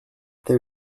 their